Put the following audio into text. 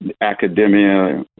academia